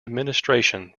administration